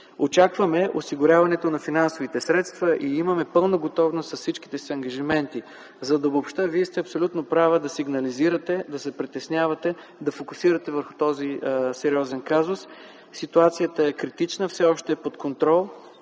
Очакваме осигуряването на финансовите средства и имаме пълна готовност с всичките си ангажименти. За да обобщя, Вие сте абсолютно права да сигнализирате, да се притеснявате, да фокусирате върху този сериозен казус. Ситуацията е критична, но все още е под контрол.